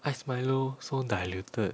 ice Milo so diluted